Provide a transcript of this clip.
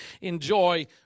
enjoy